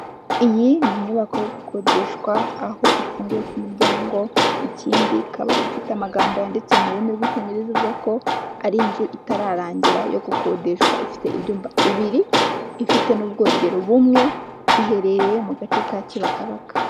Iyi ni inyubako yo gukodeshwa aho ifungugiye ku muryango ikindi ikaba ifite amagambo yanditse mu rurimi rw'icyongereza ivuga ko ari inzu itararangira yo gukodeshwa ifite imbya bibiri, ifite n'ubwogero bumwe iherereye mu gace ka kibaragabaka.